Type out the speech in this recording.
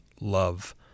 love